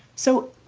so,